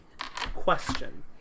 Question